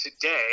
Today